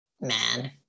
Man